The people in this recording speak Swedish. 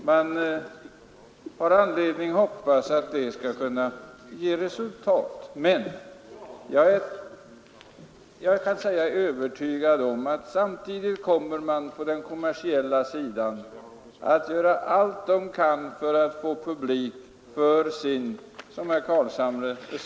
Vi har anledning att hoppas att det skall ge resultat. Men jag är övertygad om att man samtidigt på den kommersiella sidan kommer att göra allt vad man kan för att få publik för också sin smörja — som herr Carlshamre kallade det.